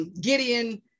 Gideon